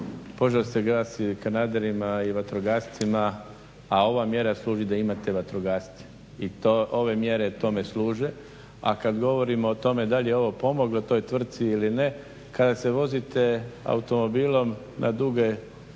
požar se gasi kanaderima i vatrogascima, a ova mjera služi da imate vatrogasce. I to ove mjere tome služe. A kad govorimo o tome da li je ovo pomoglo toj tvrtci ili ne kada se vozite automobilom na duge